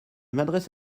m’adresse